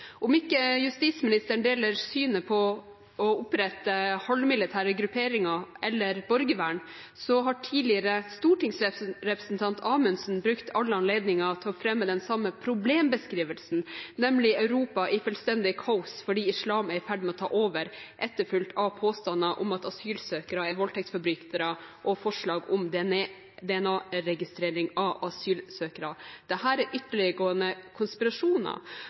Om ikke justisministeren deler synet på å opprette halvmilitære grupperinger eller borgervern, har tidligere stortingsrepresentant Amundsen brukt alle anledninger til å fremme den samme problembeskrivelsen, nemlig et Europa i fullstendig kaos fordi islam er i ferd med å ta over, etterfulgt av påstander om at asylsøkere er voldtektsforbrytere, og forslag om DNA-registrering av asylsøkere. Dette er ytterliggående konspirasjoner,